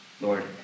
Lord